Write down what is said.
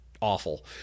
Awful